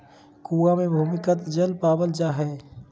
कुआँ मे भूमिगत जल पावल जा हय